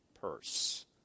purse